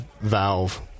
valve